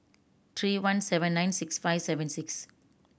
three one seven nine six five seven six